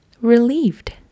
relieved